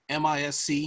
MISC